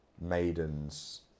Maidens